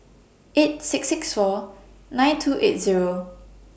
eight six six four nine two eight Zero